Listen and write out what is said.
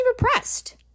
repressed